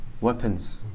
weapons